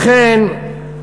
לכן,